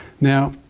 Now